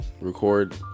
Record